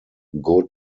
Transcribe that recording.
good